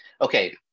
okay